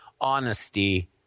honesty